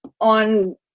on